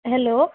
hello